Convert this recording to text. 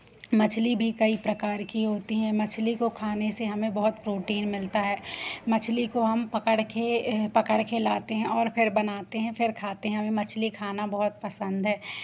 मछ्ली भी कई प्रकार की होती हैं मछ्ली को खाने से हमें बहुत प्रोटीन मिलता है मछ्ली को हम पकड़ के पकड़ के लाते हैं और फिर बनाते हैं फिर खाते हैं हमें मछ्ली खाना बहुत पसंद है